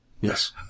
Yes